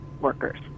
workers